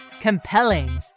Compelling